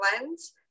lens